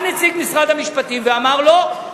בא נציג משרד המשפטים ואמר: לא.